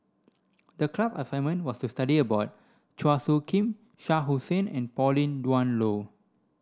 the class assignment was to study about Chua Soo Khim Shah Hussain and Pauline Dawn Loh